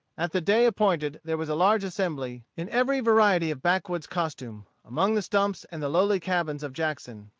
at the day appointed there was a large assembly, in every variety of backwoods costume among the stumps and the lowly cabins of jackson.